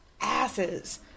asses